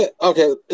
Okay